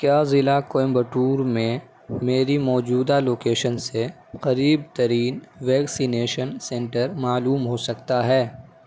کیا ضلع کویمبٹور میں میری موجودہ لوکیشن سے قریب ترین ویکسینیشن سنٹر معلوم ہو سکتا ہے